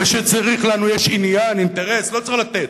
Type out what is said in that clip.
ושלנו יש עניין, אינטרס, לא צריך לתת,